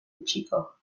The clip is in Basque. itxiko